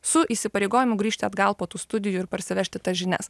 su įsipareigojimu grįžti atgal po tų studijų ir parsivežti tas žinias